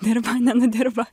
dirba nenudirba